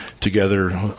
together